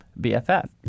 BFF